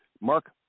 Mark